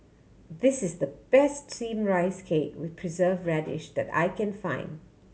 this is the best Steamed Rice Cake with Preserved Radish that I can find